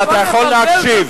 אתה יכול רק להקשיב.